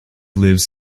lives